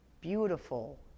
beautiful